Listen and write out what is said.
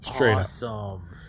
Awesome